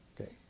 Okay